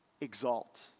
Exalt